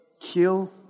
Kill